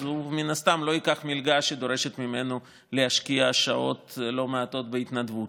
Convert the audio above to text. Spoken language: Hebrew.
הוא מן הסתם לא ייקח מלגה שדורשת ממנו להשקיע שעות לא מעטות בהתנדבות.